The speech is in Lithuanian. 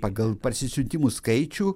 pagal parsisiuntimų skaičių